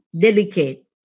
delicate